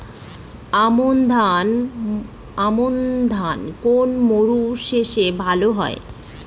আমন ধান কোন মরশুমে ভাল হয়?